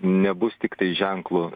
nebus tiktai ženklo